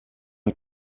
you